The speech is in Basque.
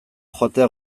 joatea